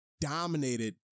dominated